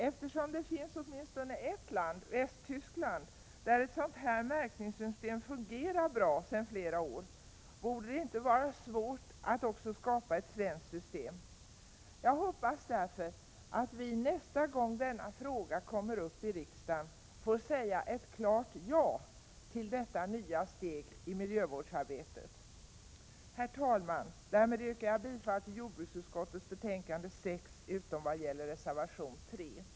Eftersom det finns åtminstone ett land, nämligen Västtyskland, där ett sådant här system fungerar bra sedan flera år, borde det inte vara svårt att skapa också ett svenskt system. Jag hoppas därför att vi nästa gång denna fråga kommer upp i riksdagen får säga ett klart ja till förslaget om detta nya steg i miljövårdsarbetet. Herr talman! Jag yrkar bifall till reservation 3 och i övrigt till utskottets hemställan.